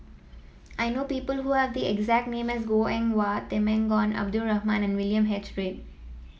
I know people who have the exact name as Goh Eng Wah Temenggong Abdul Rahman and William H Read